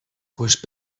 پشت